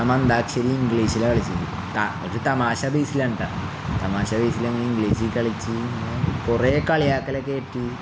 നമ്മള് അന്താക്ഷരി ഇംഗ്ലീഷിലാണ് കളിച്ചത് ഒരു തമാശ ബേസിലാണ് കേട്ടോ തമാശ ബേസിലങ്ങനെ ഇംഗ്ലീഷില് കളിച്ച് പിന്നെ കുറേ കളിയാക്കലൊക്കെ കിട്ടി